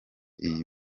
iyi